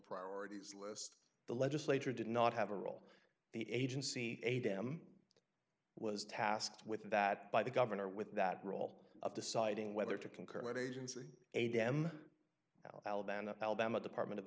priorities list the legislature did not have a role the agency a dam was tasked with that by the governor with that role of deciding whether to concur that agency a d m alabama alabama department of